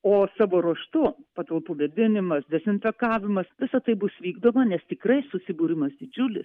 o savo ruožtu patalpų vėdinimas dezinfekavimas visa tai bus vykdoma nes tikrai susibūrimas didžiulis